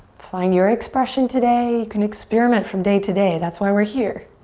find your expression today. you can experiment from day to day. that's why we're here.